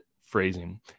phrasing